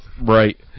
Right